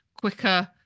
quicker